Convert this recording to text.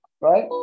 right